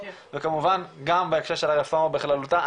וכמובן גם בנושא של הרפורמה בכללותה.